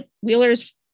Wheeler's